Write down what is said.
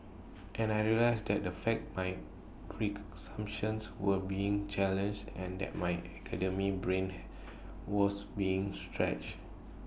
and I realise that the fact my were being challenged and that my academic brain was being stretched